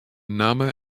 namme